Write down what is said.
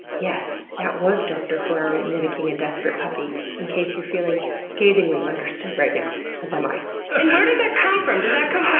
yes that was dr. ferrari mimicking a desperate puppy, in case you're feeling scathingly understood right now, as am i. and where does that come from? does that come from